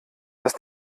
dass